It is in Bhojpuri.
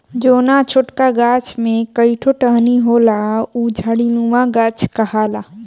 जौना छोटका गाछ में कई ठो टहनी होला उ झाड़ीनुमा गाछ कहाला